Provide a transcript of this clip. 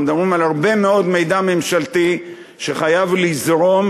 אנחנו מדברים על הרבה מאוד מידע ממשלתי שחייב לזרום,